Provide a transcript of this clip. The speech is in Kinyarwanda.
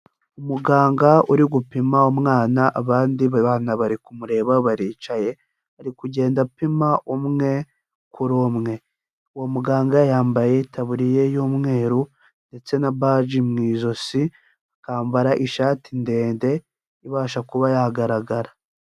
Umuganga uri gupima umwana abandi bana bari kumureba baricaye, ari kugenda apima umwe kuri umwe, uwo muganga yambaye itaburiya y'umweru ndetse na baji mu ijosi akambara ishati ndende ibasha kuba yagaragara.